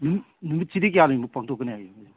ꯅꯨꯃꯤꯠ ꯅꯨꯃꯤꯠꯁꯤꯗꯤ ꯀꯌꯥꯅꯤꯃꯨꯛ ꯄꯥꯡꯊꯣꯛꯀꯅꯤ ꯃꯣꯏꯁꯤꯕꯣ